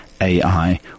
AI